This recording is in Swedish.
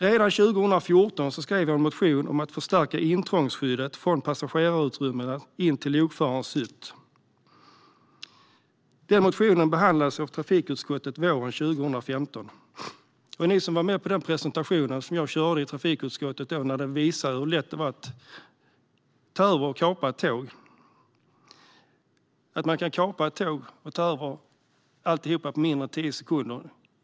Redan 2014 skrev jag en motion om att förstärka intrångsskyddet från passagerarutrymmena in till lokförarens hytt. Den motionen behandlades av trafikutskottet våren 2015. Jag kommer ihåg minerna hos er som var med på den presentation jag höll i trafikutskottet, som visade att man kan ta över och kapa ett tåg på mindre än tio sekunder.